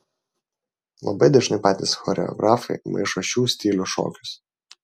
labai dažnai patys choreografai maišo šių stilių šokius